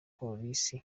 polisi